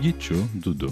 gyčiu dudu